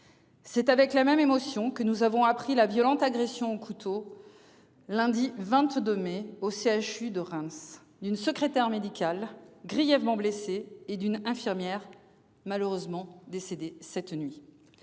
C'est avec la même émotion que nous avons appris la violente agression au couteau. Lundi 22 mai au CHU de Reims d'une secrétaire médicale, grièvement blessée et d'une infirmière malheureusement décédé cette nuit.